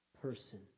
person